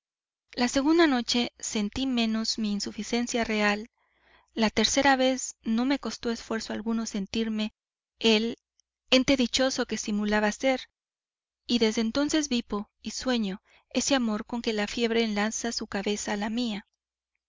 la segunda noche sentí menos mi insuficiencia real la tercera vez no me costó esfuerzo alguno sentirme el ente dichoso que simulaba ser y desde entonces vivo y sueño ese amor con que la fiebre enlaza su cabeza a la mía